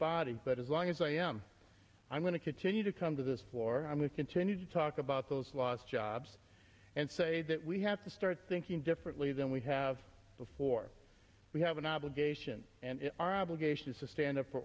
body but as long as i am i'm going to continue to come to this floor i'm going to continue to talk about those lost jobs i say that we have to start thinking differently than we have before we have an obligation and our obligation is to stand up for